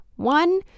One